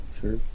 Sure